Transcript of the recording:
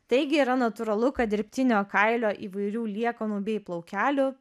taigi yra natūralu kad dirbtinio kailio įvairių liekanų bei plaukelių